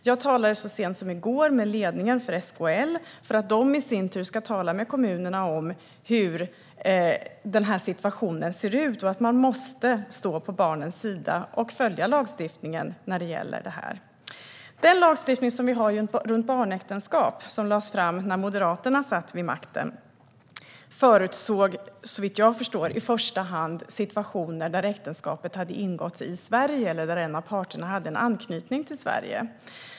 Jag talade så sent som i går med ledningen för SKL för att de i sin tur ska tala med kommunerna om hur situationen ser ut och att man måste stå på barnens sida och följa lagstiftningen. Den lagstiftning som vi har för barnäktenskap, som lades fram när Moderaterna satt vid makten, förutsåg såvitt jag förstår i första hand situationer där äktenskapet har ingåtts i Sverige eller där en av parterna har anknytning till Sverige.